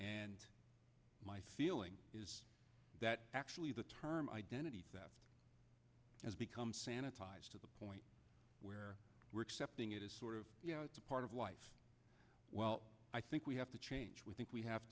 and my feeling is that actually the term identity theft has become sanitized to the point where we're except being it is sort of a part of life well i think we have to change we think we have